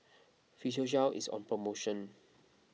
Physiogel is on promotion